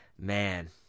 man